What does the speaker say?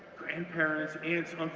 grandparents, aunts,